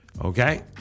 Okay